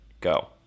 go